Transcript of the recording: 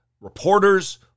reporters